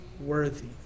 worthy